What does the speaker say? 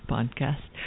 Podcast